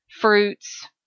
fruits